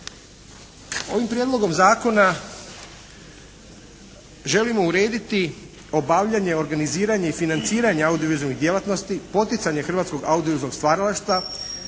Ovim prijedlogom zakona želimo urediti obavljanje, organiziranje i financiranje audiovizualnih djelatnosti, poticanje hrvatskog audiovizualnog stvaralaštva,